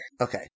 Okay